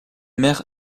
mère